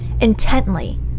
intently